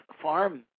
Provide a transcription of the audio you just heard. farm